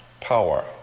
power